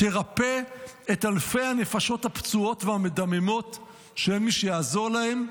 תרפא את אלפי הנפשות הפצועות והמדממות שאין מי שיעזור להן.